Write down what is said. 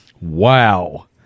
Wow